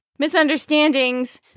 misunderstandings